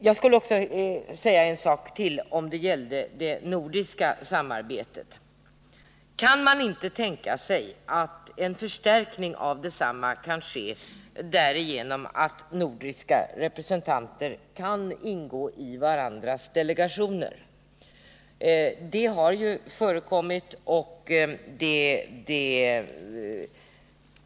Jag skulle också vilja säga något ytterligare om det nordiska samarbetet. Kan man inte tänka sig att representanterna från de nordiska länderna får ingå i varandras delegationer, så att man därmed kan åstadkomma en förstärkning? Sådant har ju förekommit.